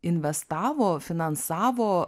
investavo finansavo